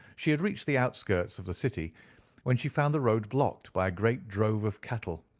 she had reached the outskirts of the city when she found the road blocked by a great drove of cattle,